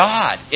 God